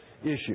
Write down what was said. issue